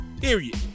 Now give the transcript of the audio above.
period